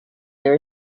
there